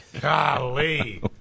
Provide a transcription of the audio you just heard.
Golly